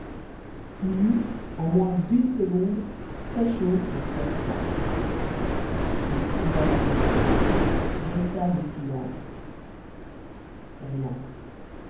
eut en moins d'une seconde très chaud et très froid il fouilla la nuit guetta le silence rien